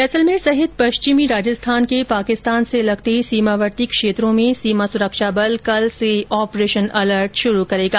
जैसलमेर सहित पश्चिमी राजस्थान के पाकिस्तान से लगते सीमावर्ती क्षेत्रों में सीमा सुरक्षा बल कल से ऑपरेशन अलर्ट शुरू करेगा